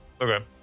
Okay